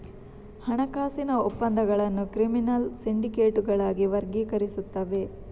ಹಣಕಾಸಿನ ಒಪ್ಪಂದಗಳನ್ನು ಕ್ರಿಮಿನಲ್ ಸಿಂಡಿಕೇಟುಗಳಾಗಿ ವರ್ಗೀಕರಿಸುತ್ತವೆ